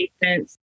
patients